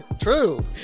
True